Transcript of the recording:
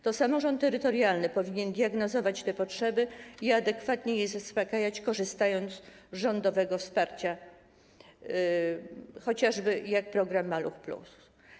To samorząd terytorialny powinien diagnozować te potrzeby i adekwatnie je zaspokajać, korzystając z rządowego wsparcia, chociażby takiego jak program „Maluch+”